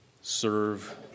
serve